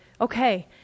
okay